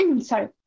sorry